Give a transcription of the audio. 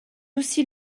aussi